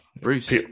Bruce